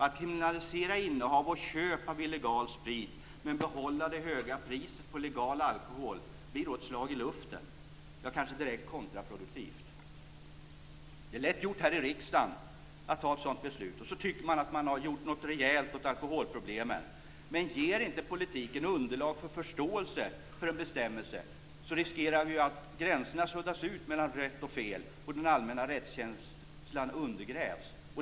Att kriminalisera innehav och köp av illegal sprit men behålla det höga priset på legal alkohol blir då ett slag i luften, ja kanske direkt kontraproduktivt. Det är lätt gjort här i riksdagen att fatta ett sådant beslut, och så tycker man att man har gjort något rejält åt alkoholproblemen. Men ger inte politiken underlag för förståelse för en bestämmelse riskerar vi att gränserna suddas ut mellan rätt och fel och den allmänna rättskänslan undergrävs.